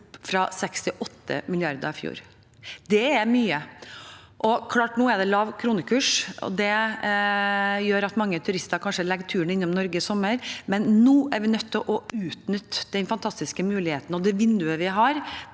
fra 68 mrd. kr i fjor. Det er mye. Nå er det lav kronekurs, og det gjør at mange turister kanskje legger turen innom Norge i sommer. Nå er vi nødt til å utnytte den fantastiske muligheten og det vinduet vi har,